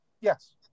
Yes